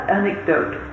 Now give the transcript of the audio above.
anecdote